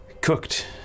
Cooked